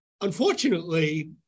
Unfortunately